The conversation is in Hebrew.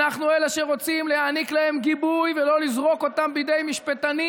אנחנו אלה שרוצים להעניק להם גיבוי ולא לזרוק אותם בידי משפטנים,